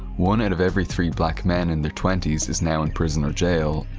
one out of every three black men in their twenties is now in prison or jail,